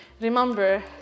remember